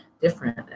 different